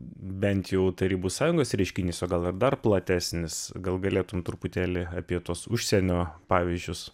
bent jau tarybų sąjungos reiškinys o gal ir dar platesnis gal galėtum truputėlį apie tuos užsienio pavyzdžius